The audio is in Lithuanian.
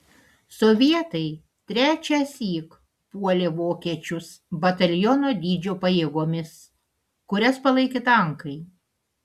sovietai trečiąsyk puolė vokiečius bataliono dydžio pajėgomis kurias palaikė tankai